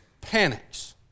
panics